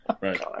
Right